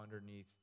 underneath